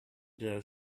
their